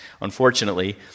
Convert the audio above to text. unfortunately